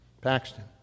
Paxton